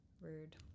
Rude